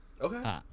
Okay